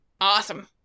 Awesome